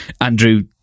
Andrew